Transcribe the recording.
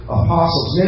apostles